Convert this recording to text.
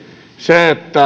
se että